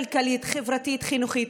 כלכלית, חברתית, חינוכית.